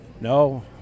no